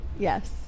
Yes